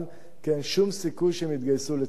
כי אין שום סיכוי שהם יתגייסו לצה"ל,